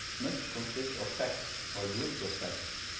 must consist of facts or groups of facts,